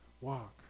walk